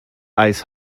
ice